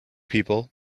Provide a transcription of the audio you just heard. people